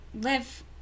live